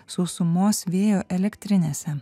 sausumos vėjo elektrinėse